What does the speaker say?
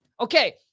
Okay